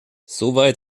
soweit